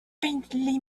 faintly